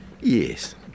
Yes